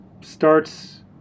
starts